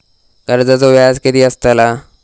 कर्जाचो व्याज कीती असताला?